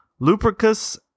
Lupercus